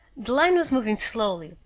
the line was moving slowly,